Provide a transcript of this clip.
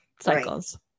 cycles